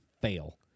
fail